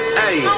hey